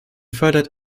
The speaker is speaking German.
fördert